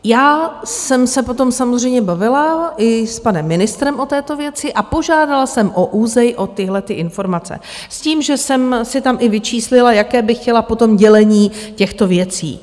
Já jsem se potom samozřejmě bavila i s panem ministrem o této věci a požádala jsem ÚZEI o tyhlety informace s tím, že jsem si tam i vyčíslila, jaké bych chtěla potom dělení těchto věcí.